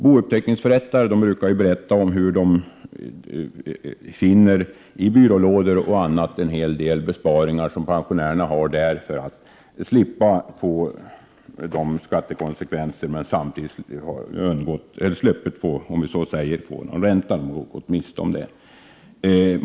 Bouppteckningsförrättare brukar berätta om hur de i byrålådor och annat finner en hel del besparingar som pensionärerna har där för att slippa både ränta och de skattekonsekvenser denna medför.